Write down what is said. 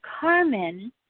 Carmen